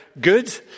good